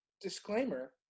Disclaimer